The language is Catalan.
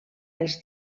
els